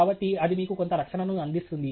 కాబట్టి అది మీకు కొంత రక్షణను అందిస్తుంది